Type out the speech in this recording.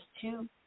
two